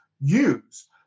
use